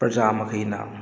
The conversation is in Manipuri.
ꯄ꯭ꯔꯖꯥ ꯃꯈꯩꯅ